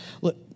Look